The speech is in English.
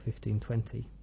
1520